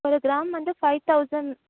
ஒரு கிராம் வந்த five thousand